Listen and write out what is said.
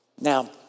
Now